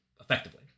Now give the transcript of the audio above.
effectively